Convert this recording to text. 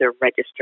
register